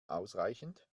ausreichend